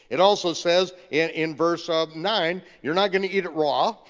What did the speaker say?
it also says, in in verse um nine, you're not gonna eat it raw,